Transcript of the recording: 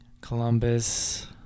Columbus